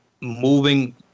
moving